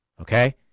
Okay